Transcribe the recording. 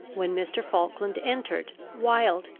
when mr. falkland entered, wild,